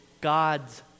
God's